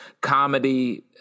comedy